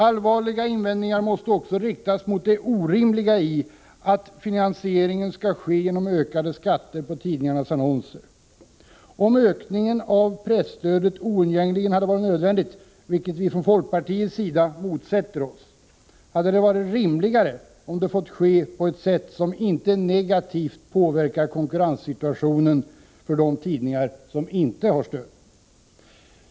Allvarliga invändningar måste också riktas mot det orimliga i att finansieringen skall ske genom ökade skatter på tidningarnas annonser. Om ökningen av presstödet hade varit oundgängligen nödvändig, vilket vi från folkpartiets sida bestrider, hade det varit rimligare om den hade fått ske på ett sätt som inte negativt påverkade konkurrenssituationen för de tidningar som inte har stöd.